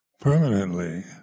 permanently